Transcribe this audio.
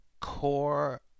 core